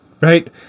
right